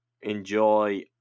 enjoy